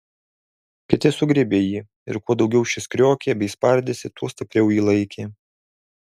kiti sugriebė jį ir kuo daugiau šis kriokė bei spardėsi tuo stipriau jį laikė